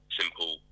simple